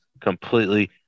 completely –